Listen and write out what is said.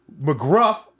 McGruff